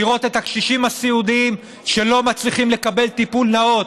לראות את הקשישים הסיעודיים שלא מצליחים לקבל טיפול נאות.